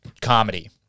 comedy